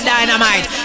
Dynamite